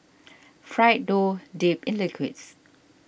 fried dough dipped in liquids